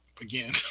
again